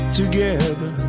together